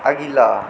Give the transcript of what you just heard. अगिला